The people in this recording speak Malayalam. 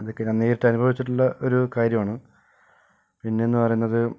ഇതൊക്കെ ഞാൻ നേരിട്ട് അനുഭവിച്ചിട്ടുള്ള ഒരു കാര്യമാണ് പിന്നെ എന്ന് പറയുന്നത്